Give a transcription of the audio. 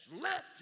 let